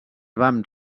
vam